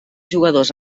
jugadors